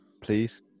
please